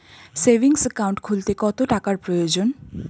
Savings account খুলতে কত টাকার প্রয়োজন?